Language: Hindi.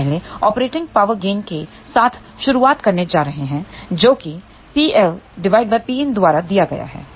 हम पहले ऑपरेटिंग पॉवर गेन के साथ शुरुआत करने जा रहे हैं जो कि Pl Pin द्वारा दिया गया है